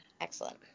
Excellent